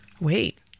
Wait